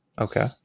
Okay